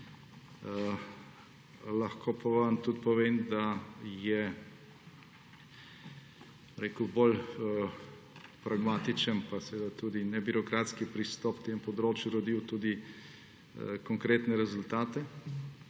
Lahko pa vam tudi povem, da je bolj pragmatičen pa tudi nebirokratski pristop k tem področju rodil tudi konkretne rezultate.